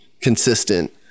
consistent